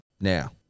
Now